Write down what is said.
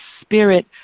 spirit